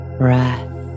breath